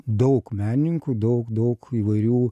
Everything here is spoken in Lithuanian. daug menininkų daug daug įvairių